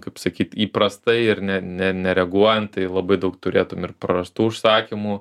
kaip sakyt įprastai ir ne ne nereaguojant tai labai daug turėtum ir prarastų užsakymų